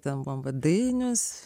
ten buvom va dainius